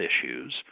issues